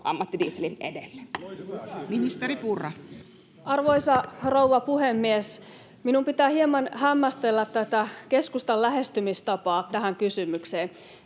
kesk) Time: 16:51 Content: Arvoisa rouva puhemies! Minun pitää hieman hämmästellä tätä keskustan lähestymistapaa tähän kysymykseen.